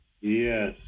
Yes